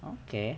okay